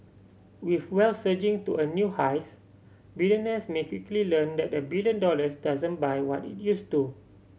with wealth surging to a new highs billionaires may quickly learn that a billion dollars doesn't buy what it used to